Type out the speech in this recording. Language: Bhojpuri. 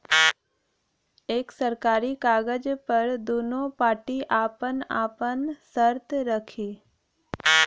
एक सरकारी कागज पर दुन्नो पार्टी आपन आपन सर्त रखी